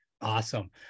Awesome